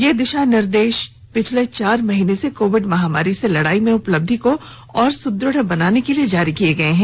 ये दिशानिर्देश पिछले चार महीने से कोविड महामारी से लड़ाई में उपलब्धि को और सुदृढ़ बनाने के लिए जारी किए गए हैं